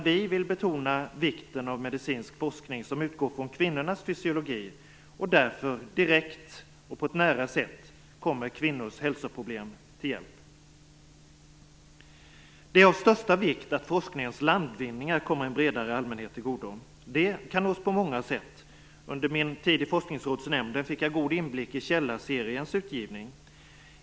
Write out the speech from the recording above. Vi vill betona vikten av en medicinsk forskning som utgår från kvinnornas fysiologi och därigenom direkt och på ett nära sätt kan lösa kvinnors hälsoproblem. Det är av största vikt att forskningens landvinningar kommer en bredare allmänhet till godo. Det kan nås på många sätt. Under min tid i forskningsrådsnämnden fick jag god inblick i Källaseriens utgivning.